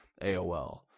AOL